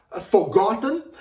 forgotten